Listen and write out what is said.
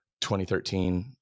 2013